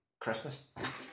Christmas